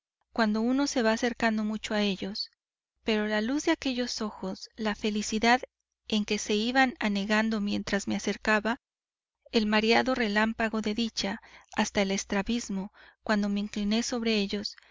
cuando uno se va acercando mucho a ellos pero la luz de aquellos ojos la felicidad en que se iban anegando mientras me acercaba el mareado relampagueo de dicha hasta el estrabismo cuando me incliné sobre ellos